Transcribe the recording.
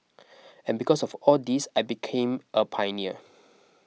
and because of all this I became a pioneer